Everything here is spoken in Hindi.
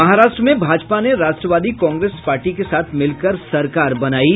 महाराष्ट्र में भाजपा ने राष्ट्रवादी कांग्रेस पार्टी के साथ मिलकर सरकार बनायी